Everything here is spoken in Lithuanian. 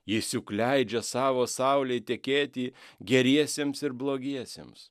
jis juk leidžia savo saulei tekėti geriesiems ir blogiesiems